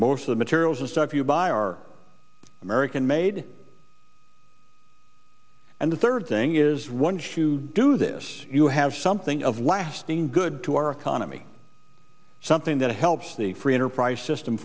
most of the materials the stuff you buy are american made and the third thing is once you do this you have something of lasting good to our economy something that helps the free enterprise system